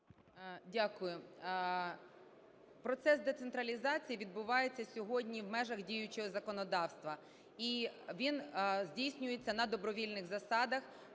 Дякую. Процес децентралізації відбувається сьогодні в межах діючого законодавства, і він здійснюється на добровільних засадах.